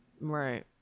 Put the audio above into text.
Right